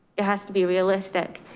it has to be realistic.